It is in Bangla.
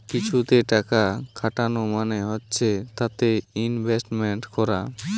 কিছুতে টাকা খাটানো মানে হচ্ছে তাতে ইনভেস্টমেন্ট করা